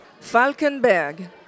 Falkenberg